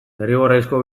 derrigorrezko